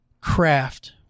craft